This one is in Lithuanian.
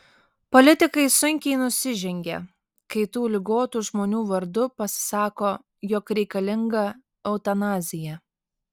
politikai sunkiai nusižengia kai tų ligotų žmonių vardu pasisako jog reikalinga eutanazija